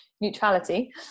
neutrality